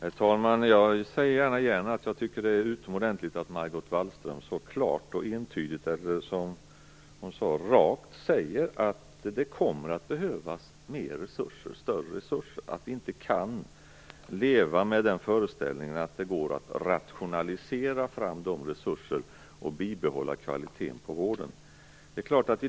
Herr talman! Jag upprepar gärna att det är utomordentligt att Margot Wallström så klart och entydigt - eller rakt, som hon säger - talar om att det kommer att behövas större resurser, att vi inte kan leva med föreställningen att det går att rationalisera fram resurser och bibehålla kvaliteten på vården.